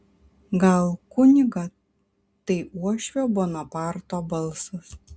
gal kunigą tai uošvio bonaparto balsas